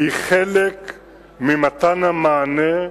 היא חלק ממתן המענה,